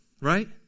right